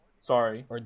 sorry